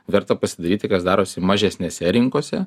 verta pasidairyti kas darosi mažesnėse rinkose